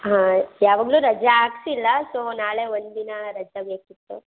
ಹಾಂ ಯಾವಾಗಲೂ ರಜೆ ಹಾಕ್ಸಿಲ್ಲ ಸೊ ನಾಳೆ ಒಂದು ದಿನ ರಜೆ ಬೇಕಿತ್ತು